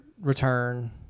Return